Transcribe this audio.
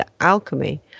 alchemy